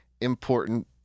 important